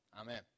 amen